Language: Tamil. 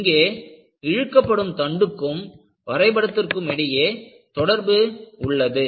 இங்கே இழுக்கப்படும் தண்டுக்கும் வரைபடத்திற்கும் இடையே தொடர்பு உள்ளது